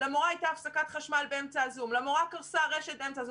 למורה הייתה הפסקת חשמל באמצע זום; למורה קרסה הרשת באמצע הזום.